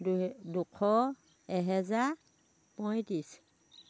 দুশ এহেজাৰ পয়ত্ৰিছ